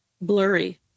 blurry